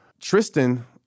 Tristan